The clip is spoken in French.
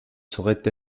saurait